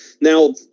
Now